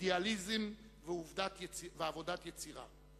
אידיאליזם ועבודת יצירה".